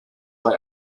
bei